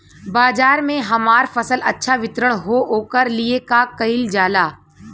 बाजार में हमार फसल अच्छा वितरण हो ओकर लिए का कइलजाला?